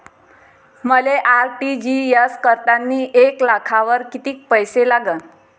मले आर.टी.जी.एस करतांनी एक लाखावर कितीक पैसे लागन?